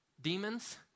demons